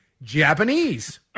Japanese